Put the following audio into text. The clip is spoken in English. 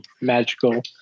magical